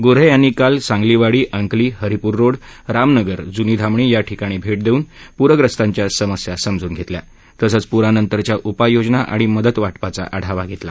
गोऱ्हे यांनी काल सांगलीवाडी अंकली हरिपूर रोड रामनगर जूनी धामणी या ठिकाणी भेपी देवून पूरग्रस्तांच्या समस्या समजून घेतल्या तसंच पूरानंतरच्या उपाययोजना आणि मदतवा पाचा आढावा घेतला